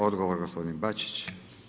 Odgovor, gospodin Bačić.